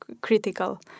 critical